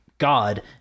God